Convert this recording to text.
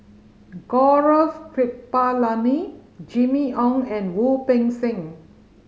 Gaurav Kripalani Jimmy Ong and Wu Peng Seng